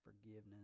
forgiveness